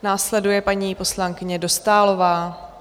Následuje paní poslankyně Dostálová.